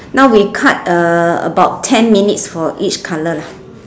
now we cut uh about ten minutes for each color lah